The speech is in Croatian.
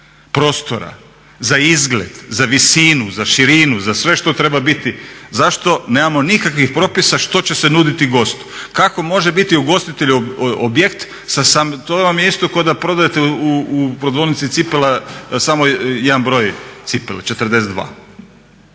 propisa, za izgled, za visinu, za širinu, za sve što treba biti, zašto nemamo nikakvih propisa što će se nuditi gostu. Kako može biti ugostiteljski objekt, to vam je isto kao da prodajete u prodavaonici cipela samo jedan broj cipela 42.